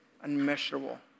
unmeasurable